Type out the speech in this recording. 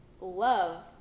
love